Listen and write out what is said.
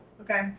Okay